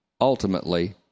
ultimately